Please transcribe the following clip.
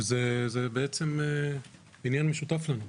וזה בעצם עניין משותף לנו,